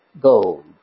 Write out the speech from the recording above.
gold